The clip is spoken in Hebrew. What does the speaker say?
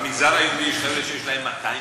במגזר היהודי יש כאלה שיש להם 200 תיקים.